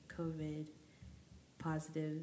COVID-positive